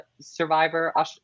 survivor